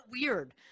weird